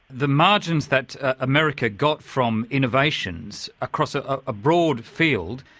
the margins that america got from innovations across a ah broad field,